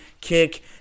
kick